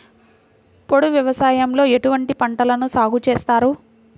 పోడు వ్యవసాయంలో ఎటువంటి పంటలను సాగుచేస్తారు?